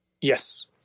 yes